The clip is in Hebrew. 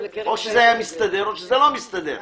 או שזה היה מסתדר או שזה לא היה מסתדר.